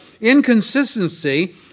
inconsistency